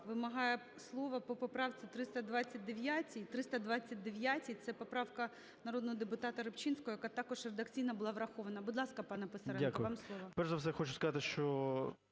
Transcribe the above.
вимагає слово по поправці 329. 329 – це поправка народного депутата Рибчинського, яка також редакційно була врахована. Будь ласка, пан Писаренко, вам слово.